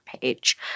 page